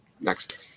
Next